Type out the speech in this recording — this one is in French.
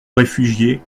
réfugiés